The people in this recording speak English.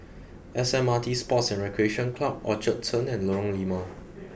S M R T Sports and Recreation Club Orchard Turn and Lorong Limau